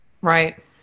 Right